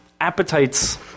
appetites